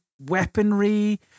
weaponry